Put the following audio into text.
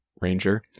Ranger